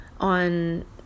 on